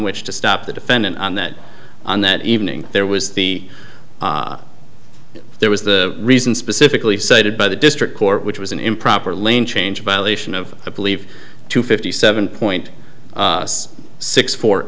which to stop the defendant and that on that evening there was the there was the reason specifically cited by the district court which was an improper lane change violation of i believe two fifty seven point six four